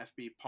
FB